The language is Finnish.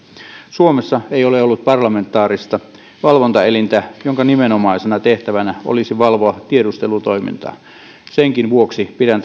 suomessa ei ole ollut parlamentaarista valvontaelintä jonka nimenomaisena tehtävänä olisi valvoa tiedustelutoimintaa senkin vuoksi pidän tätä esitystä ajankohtaisena ja